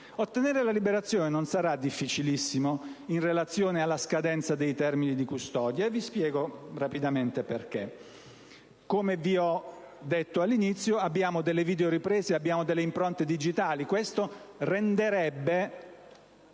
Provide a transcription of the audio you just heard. Ottenere la liberazione non sarà difficilissimo in relazione alla scadenza dei termini di custodia, e vi spiego rapidamente perché. Come vi ho detto all'inizio, abbiamo delle videoriprese e delle impronte digitali: questo renderebbe